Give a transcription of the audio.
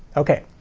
ok,